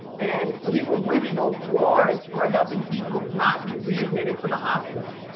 and we were winning awards for helping people not be readmitted to the hospital.